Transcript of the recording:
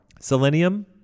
Selenium